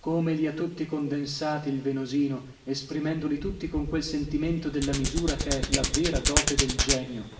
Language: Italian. come li ha tutti condensati il venosino esprimendoli tutti con quel sentimento della misura ch'è la vera dote del genio